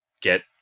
get